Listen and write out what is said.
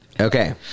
Okay